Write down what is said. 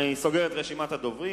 אני סוגר את רשימת הדוברים.